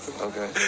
Okay